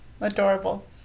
Adorable